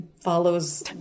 follows